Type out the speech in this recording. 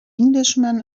englishman